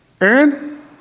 Aaron